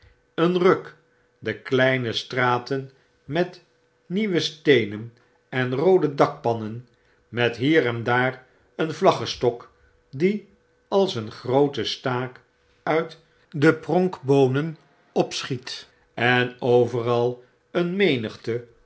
een ruk i de kleine straten met nieuwe steenen en roode dakpannen met hier en daar een vlaggestok die als een groote staak uit de pronkboonen opschiet en overal een menigte